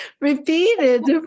repeated